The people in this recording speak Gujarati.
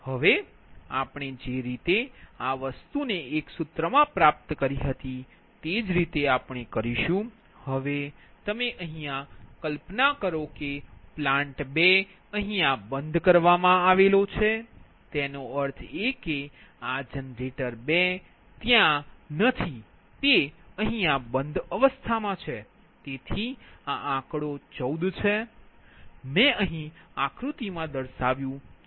હવે આપણે જે રીતે આ વસ્તુને એક સૂત્રમા પ્રાપ્ત કરી હતી તે જ રીતે આપણે કરીશું હવે કલ્પના કરો પ્લાન્ટ 2 બંધ છે તેનો અર્થ એ કે આ જનરેટર 2 ત્યાં નથી તે બંધ છે તે આ આંકડો 14 છે મેં અહીં આકૃતિ દરશાવ્યુ છે